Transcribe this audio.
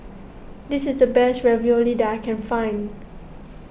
this is the best Ravioli that I can find